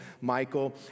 Michael